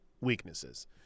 weaknesses